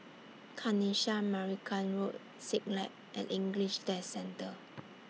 Kanisha Marican Road Siglap and English Test Centre